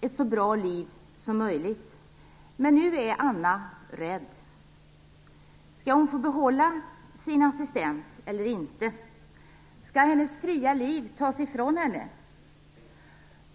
ett så bra liv som möjligt. Men nu är Anna rädd. Skall hon få behålla sin assistent eller inte? Skall hennes fria liv tas ifrån henne?